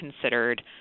considered